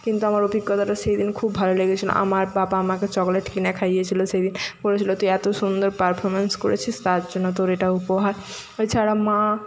কিন্তু আমার অভিজ্ঞতাটা সেদিন খুব ভালো লেগেছিলো আমার বাবা আমাকে চকলেট কিনে খাইয়েছিলো সেইদিন বলেছিলো তুই এতো সুন্দর পারফরমেন্স করেছিস তার জন্য তোর এটা উপহার এছাড়া মা